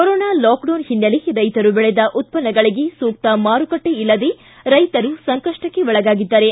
corona lockdown ಹಿನ್ನೆಲೆ ರೈತರು ಬೆಳೆದ ಉತ್ಪನ್ನಗಳಿಗೆ ಸೂಕ್ತ ಮಾರುಕಟ್ಟೆ ಇಲ್ಲದೆ ರೈತರು ಸಂಕಷ್ಟಕ್ಕೆ ಒಳಗಾಗಿದ್ದಾರೆ